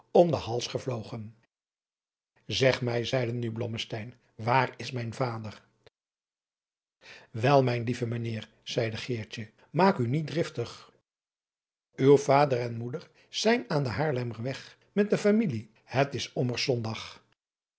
om den hals gevlogen zeg mij zeide nu blommesteyn waar is mijn vader wel mijn lieve menheer zeide geertje maak u niet driftig uw vader en moeder zijn aan den haarlemmerweg met de familie het is ommers zondag